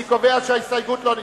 אני קובע שההסתייגות לא נתקבלה.